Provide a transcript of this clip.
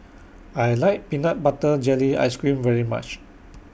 I like Peanut Butter Jelly Ice Cream very much